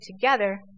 together